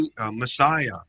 Messiah